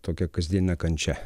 tokia kasdienine kančia